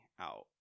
out